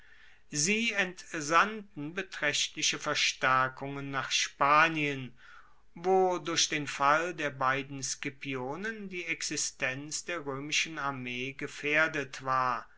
sie entsandten betraechtliche verstaerkungen nach spanien wo durch den fall der beiden scipionen die existenz der roemischen armee gefaehrdet war